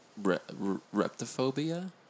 reptophobia